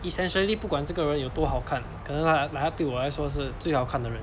essentially 不管这个人有多好看可能她 like 她对我来说是最好看的人